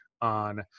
on